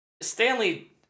Stanley